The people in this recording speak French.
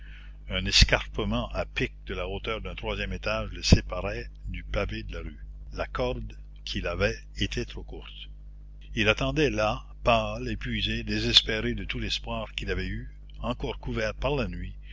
un escarpement à pic de la hauteur d'un troisième étage le séparait du pavé de la rue la corde qu'il avait était trop courte il attendait là pâle épuisé désespéré de tout l'espoir qu'il avait eu encore couvert par la nuit